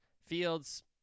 Fields